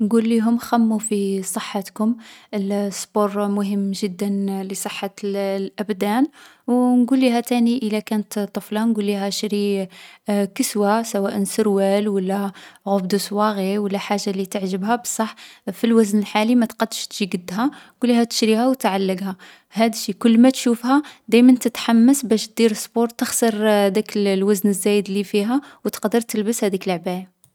نقوليهم خممو في صحتكم. الـ السبور مهم جدا للصحة الـ الأبدان. او نقوليها تاني إلا كانت طفلة، نقوليها شري كسوة، سواء سروال و لا غوب دو سواغي و لا حاجة لي تعجبها بصح في الوزن الحالي ما تقدش تجي قدها. نقوليها تشريها و تعلّقها. هاد الشي كلما تشوفها دايما تتحمس باش دير السبور تخسر داك الـ الوزن الزايد لي فيها و تقدر تلبس هاديك العباية.